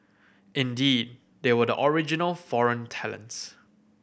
indeed they were the original foreign talents